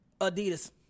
Adidas